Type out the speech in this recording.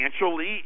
financially